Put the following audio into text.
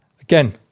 again